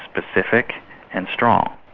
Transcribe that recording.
specific and strong.